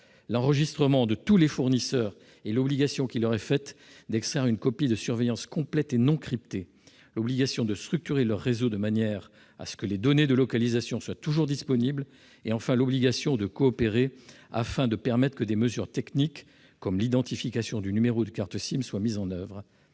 l'enregistrement de tous les fournisseurs et l'obligation qui leur est faite d'extraire une copie de surveillance complète et non cryptée ; l'obligation de structurer leur réseau de manière que les données de localisation soient toujours disponibles ; enfin, l'obligation de coopérer, afin de permettre des mesures techniques comme l'identification du numéro de carte SIM. La mise en oeuvre